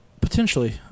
Potentially